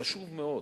חשוב מאוד,